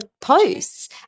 posts